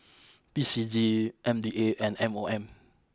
P C G M D A and M O M